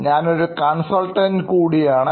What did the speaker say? ഞാനൊരു കൺസൾട്ടൻസ് കൂടിയാണ്